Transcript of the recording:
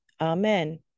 amen